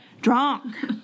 drunk